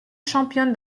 championne